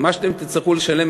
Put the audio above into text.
מה שאתם תצטרכו לשלם,